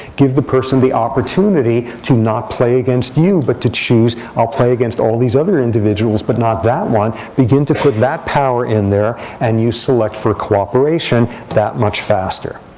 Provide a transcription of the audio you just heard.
give the person the opportunity to not play against you, but to choose, i'll play against all these other individuals, but not that one. begin to put that power in there. and you select for cooperation that much faster.